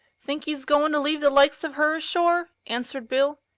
think e's goin to leave the likes of her ashore? answered bill.